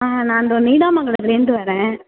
ஆ நான் இந்தோ நீடாமங்கலத்துலேருந்து வரேன்